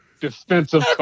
defensive